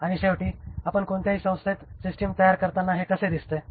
आणि शेवटी आपण कोणत्याही संस्थेत सिस्टम तयार करताना हे कसे दिसते